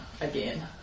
again